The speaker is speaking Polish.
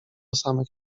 samych